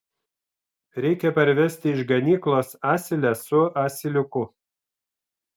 reikia parvesti iš ganyklos asilę su asiliuku